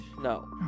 No